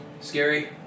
Scary